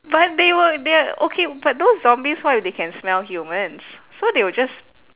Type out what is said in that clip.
but they will they're okay but those zombies what if they can smell humans so they will just